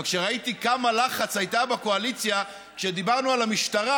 אבל כשראיתי כמה לחץ היה בקואליציה כשדיברנו על המשטרה,